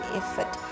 effort